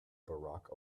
barack